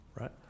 right